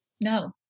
No